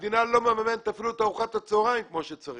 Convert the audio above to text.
המדינה לא מממנת אפילו את ארוחת הצהריים כמו שצריך.